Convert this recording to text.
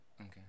Okay